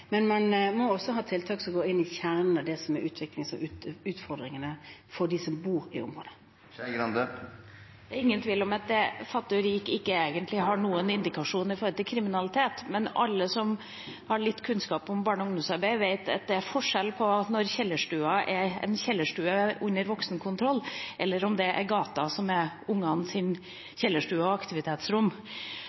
men man må også ha tiltak som går inn i kjernen av det som er utfordringene for dem som bor i området. Det er ingen tvil om at fattig og rik egentlig ikke gir noen indikasjon med tanke på kriminalitet, men alle som har litt kunnskap om barne- og ungdomsarbeid, vet at det er forskjell på om kjellerstua er en kjellerstue under voksenkontroll, eller om det er gata som er ungenes kjellerstue og aktivitetsrom.